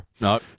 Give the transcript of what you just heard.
no